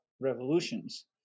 Revolutions